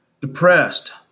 depressed